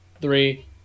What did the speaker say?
Three